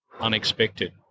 unexpected